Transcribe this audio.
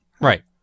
Right